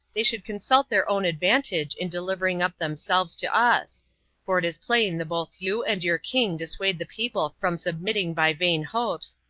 they would consult their own advantage in delivering up themselves to us for it is plain the both you and your king dissuade the people from submitting by vain hopes,